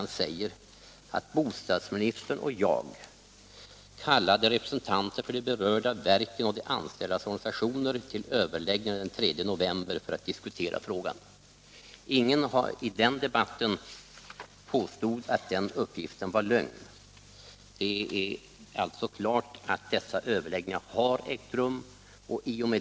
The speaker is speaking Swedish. Han sade: ”Bostadsministern och jag kallade representanter för de berörda verken och de anställdas organisationer till överläggningar den 3 november för att diskutera frågan.” Ingen påstod i den debatten att den uppgiften var en lögn. Det är alltså klart att dessa överläggningar har ägt rum.